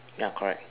ya correct